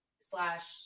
slash